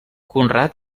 conrad